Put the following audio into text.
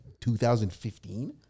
2015